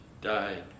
died